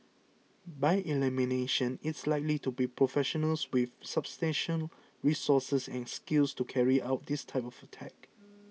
by elimination it's likely to be professionals with substantial resources and skills to carry out this type of attack